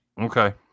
okay